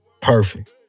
Perfect